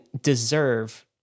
deserve